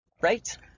right